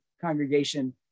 congregation